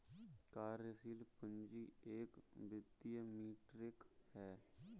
कार्यशील पूंजी एक वित्तीय मीट्रिक है